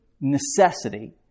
necessity